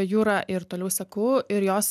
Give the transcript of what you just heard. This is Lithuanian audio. jūrą ir toliau seku ir jos